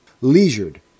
leisured